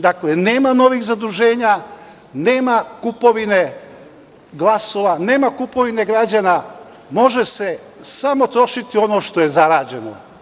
Dakle, nema novih zaduženja, nema kupovine glasova, nema kupovine građana, može se samo trošiti samo ono što je zarađeno.